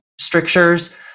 strictures